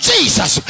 Jesus